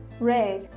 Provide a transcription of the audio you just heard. Red